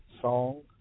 song